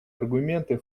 аргументы